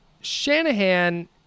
Shanahan